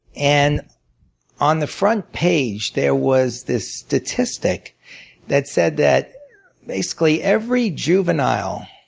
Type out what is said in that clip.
and on the front page there was this statistic that said that basically every juvenile